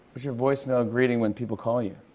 your voicemail greeting when people call you?